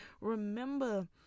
remember